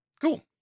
Cool